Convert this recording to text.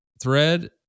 thread